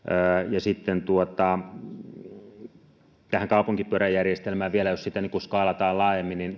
ja sitten kaupunkipyöräjärjestelmään vielä jos sitä skaalataan laajemmin niin